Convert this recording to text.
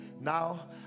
now